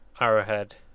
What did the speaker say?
Arrowhead